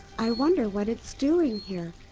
i wonder what it's doing here.